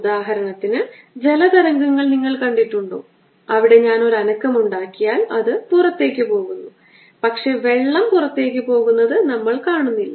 ഉദാഹരണത്തിന് ജല തരംഗങ്ങൾ നിങ്ങൾ കണ്ടിട്ടുണ്ടോ അവിടെ ഞാൻ ഒരു അനക്കം ഉണ്ടാക്കിയാൽ അത് പുറത്തേക്ക് പോകുന്നു പക്ഷേ വെള്ളം പുറത്തേക്ക് പോകുന്നത് നമ്മൾ കാണുന്നില്ല